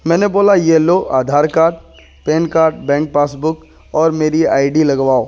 میں نے بولا یہ لو Aadhaar card pan card bank passbook اور میری آئی ڈی لگواؤ